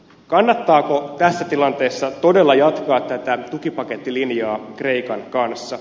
kannattaako tässä tilanteessa todella jatkaa tätä tukipakettilinjaa kreikan kanssa